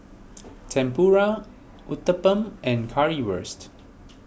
Tempura Uthapam and Currywurst